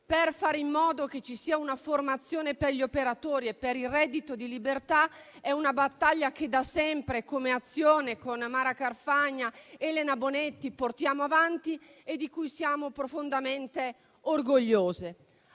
per fare in modo che ci sia formazione per gli operatori e per il reddito di libertà è una battaglia che da sempre, come Azione, con Mara Carfagna ed Elena Bonetti, portiamo avanti e di cui siamo profondamente orgogliose.